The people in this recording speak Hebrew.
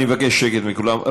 אני מבקש שקט מכולם.